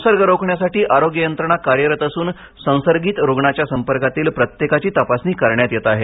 संसर्ग रोखण्यासाठी आरोग्य यंत्रणा कार्यरत असून संसर्गित रुग्णाच्या संपर्कातील प्रत्येकाची तपासणी करण्यात येत आहे